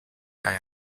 kaj